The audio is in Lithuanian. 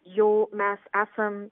jau mes esam